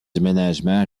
aménagements